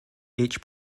each